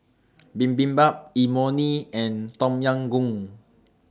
Bibimbap Imoni and Tom Yam Goong